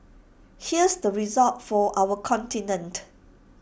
here's the result for our continent